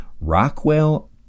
Rockwell